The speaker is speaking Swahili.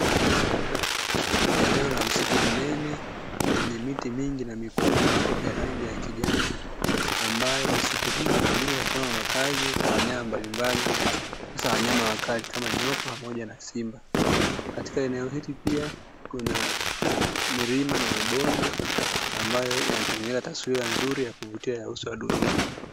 Eneo la msitu mnene wenye miti mingi na mikubwa ya rangi ya kijani, ambayo misitu hiyo hutumika kama makazi kwa wanyama mbalimbali, haswa wanyama wakali kama nyoka pamoja na simba. Katika eneo hili pia, kuna milima na mabonde ambayo yanatengeneza taswira nzuri ya kuvutia ya uso wa dunia.